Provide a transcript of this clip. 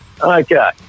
Okay